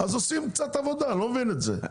אז עושים קצת עבודה, אני לא מבין את זה.